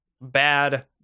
bad